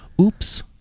oops